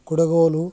ಕುಡುಗೋಲು